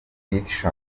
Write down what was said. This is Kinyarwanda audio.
yacu